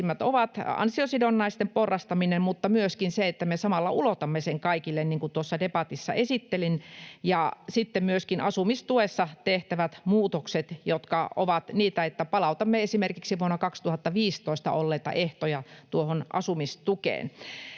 ovat ansiosidonnaisten porrastaminen mutta myöskin se, että me samalla ulotamme sen kaikille, niin kuin tuossa debatissa esittelin. Ja sitten myöskin asumistuessa tehtävät muutokset, jotka ovat niitä, että esimerkiksi palautamme vuonna 2015 olleita ehtoja tuohon asumistukeen.